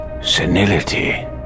Senility